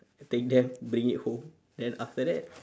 take them bring it home then after that